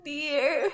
Dear